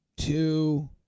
Two